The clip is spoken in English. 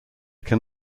can